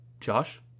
Josh